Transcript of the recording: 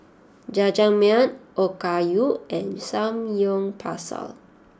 Jajangmyeon Okayu and Samgyeopsal